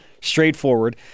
Straightforward